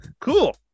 Cool